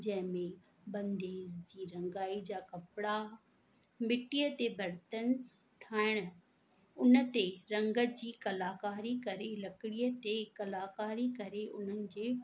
जंहिंमें बंधेज जी रंगाई जा कपिड़ा मिटीअ ते बरतन ठाहिण उन ते रंग जी कलकारी करे लकड़ीअ ते कलाकारी करे उन्हनि जे